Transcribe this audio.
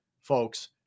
folks